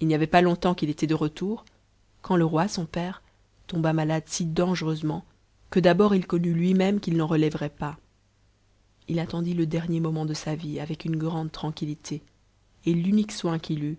it n'y avait pas longtemps qu'il était de retour quand le roi son père tomba malade si dangereusement que d'abord il connut lui-même qu'il n'en relèverait pas il attendit te dernier moment de sa vie avec une grande u'anquittité et l'unique soin qu'il put